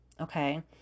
Okay